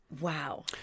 Wow